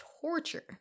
torture